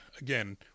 again